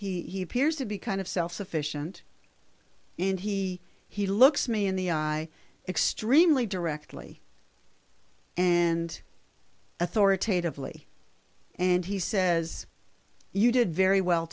posture he appears to be kind of self sufficient and he he looks me in the eye extremely directly and authoritatively and he says you did very well